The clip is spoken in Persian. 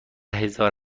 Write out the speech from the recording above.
هزار